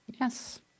Yes